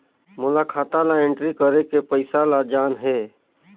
मोला खाता ला एंट्री करेके पइसा ला जान हे?